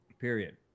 Period